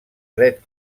dret